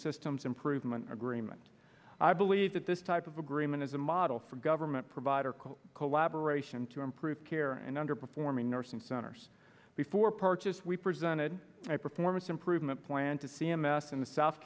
systems improvement agreement i believe that this type of agreement is a model for government provider close collaboration to improve care and underperforming nursing centers before purchase we presented a performance improvement plan to c m s in the south